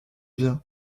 vient